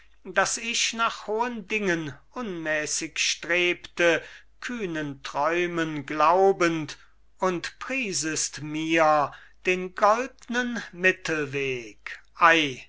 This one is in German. daß ich nach hohen dingen unmäßig strebte kühnen träumen glaubend und priesest mir den goldnen mittelweg ei